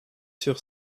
sur